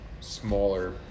smaller